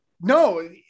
No